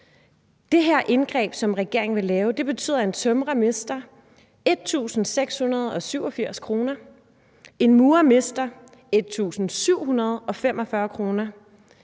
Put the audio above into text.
Det her indgreb, som regeringen vil lave, betyder, at en tømrer mister 1.687 kr., at en murer mister 1.745 kr.,